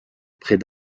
près